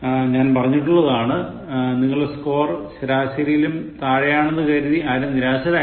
ഞാൻ പറഞ്ഞിട്ടുള്ളതാണ് നിങ്ങളുടെ സ്കോർ ശരാശരിയിലും താഴെയാണെന്നു കരുതി ആരും നിരാശരാകണ്ട